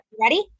ready